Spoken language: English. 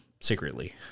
secretly